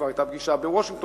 כבר היתה פגישה בוושינגטון,